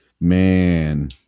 man